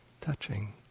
touching